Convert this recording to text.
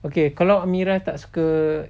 okay kalau amirah tak suka